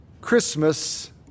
Christmas